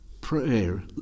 Prayer